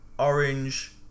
Orange